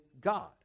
God